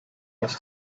was